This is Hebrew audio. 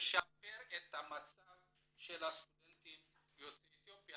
לשפר את המצב של הסטודנטים יוצאי אתיופיה,